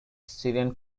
syrian